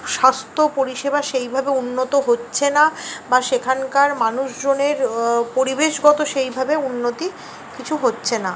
স্বাস্থ্য পরিষেবা সেইভাবে উন্নত হচ্ছে না বা সেখানকার মানুষজনের পরিবেশগত সেইভাবে উন্নতি কিছু হচ্ছে না